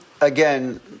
again